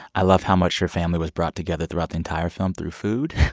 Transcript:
i love how much your family was brought together, throughout the entire film, through food